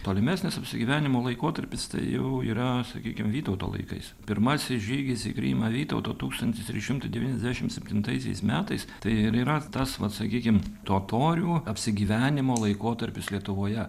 tolimesnis apsigyvenimo laikotarpis jau yra sakykim vytauto laikais pirmasis žygis į krymą vytauto tūkstantis trys šimtai devyniasdešim septintaisiais metais tai ir yra tas vat sakykim totorių apsigyvenimo laikotarpis lietuvoje